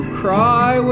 cry